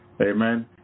Amen